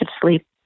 sleep